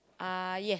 uh yes